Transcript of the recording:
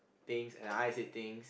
things and I said things